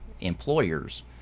employers